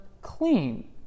clean